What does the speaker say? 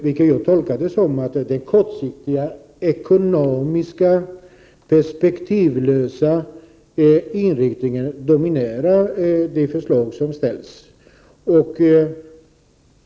Detta kan tolkas som att den kortsiktiga, ekonomiska och perspektivlösa inriktningen dominerar de förslag som framställs.